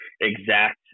exact